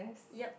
yup